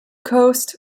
coast